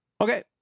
Okay